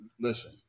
listen